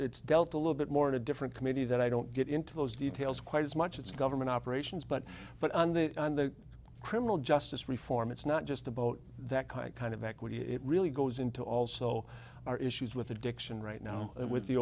it's dealt a little bit more in a different committee that i don't get into those details quite as much as government operations but but on the on the criminal justice reform it's not just the boat that kind kind of equity it really goes into also our issues with addiction right now with the